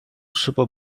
super